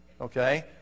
Okay